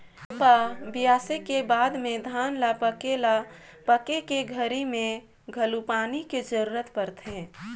रोपा, बियासी के बाद में धान ल पाके ल पाके के घरी मे घलो पानी के जरूरत परथे